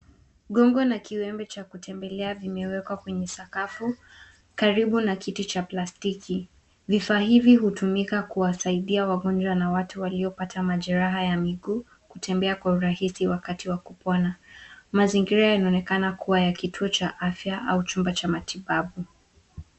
Gongo na kiwembe cha kutembelea vimeweka kwenye sakafu, karibu na kiti cha plastiki. Vifaa hivi hutumika kuwasaidia wagonjwa na watu walio pata majeraha ya miguu kutembea kwa urahisi wakati wa kupona. Mazingira yanonekana kuwa ya kituo cha afya au chumba cha matibabu.